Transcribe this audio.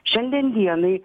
šiandien dienai